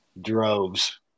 droves